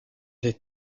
des